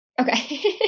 Okay